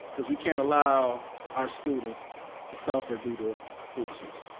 because we can't allow our students to suffer due to foolishness.